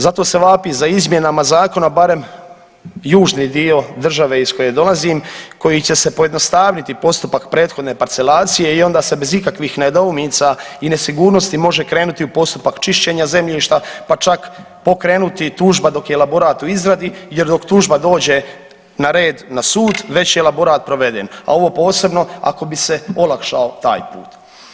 Zato se vapi za izmjenama zakona barem južni dio države iz koje dolazim kojim će se pojednostavniti postupak prethodne parcelacije i onda se bez ikakvih nedoumica i nesigurnosti može krenuti u postupak čišćenja zemljišta, pa čak pokrenuti i tužba dok je elaborat u izradi jer dok tužba dođe na red na sud već je elaborat proveden, a ovo posebno ako bi se olakšao taj put.